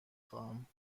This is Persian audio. خواهم